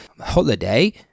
holiday